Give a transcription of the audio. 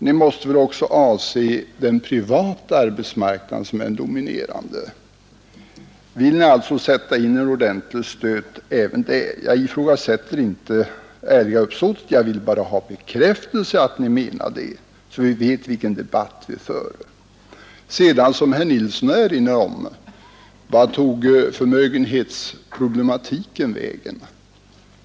Ni måste väl också avse den privata arbetsmarknaden, som är den dominerande. Vill ni alltså sätta in en ordentlig stöt även där? Jag ifrågasätter inte det ärliga uppsåtet, jag vill bara ha en bekräftelse på vad ni menar så att vi vet vilken debatt vi för. I likhet med herr Nilsson i Östersund undrar jag vart förmögenhetsproblematiken tagit vägen.